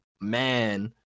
Man